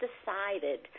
decided